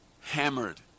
Hammered